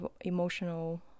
emotional